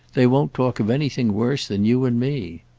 they won't talk of anything worse than you and me.